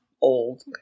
old